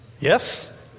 Yes